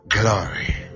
glory